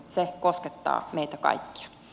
se koskettaa meitä kaikkia